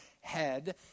head